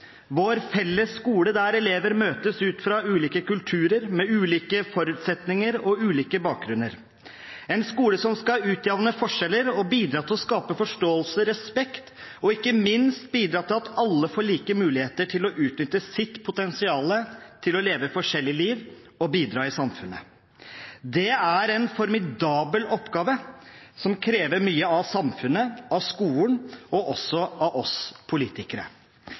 vår felles skole der elever møtes ut fra ulike kulturer med ulike forutsetninger og ulike bakgrunner, en skole som skal utjevne forskjeller og bidra til å skape forståelse, respekt og ikke minst bidra til at alle får like muligheter til å utnytte sitt potensial til å leve forskjellige liv og bidra i samfunnet. Det er en formidabel oppgave som krever mye av samfunnet, av skolen og også av oss politikere.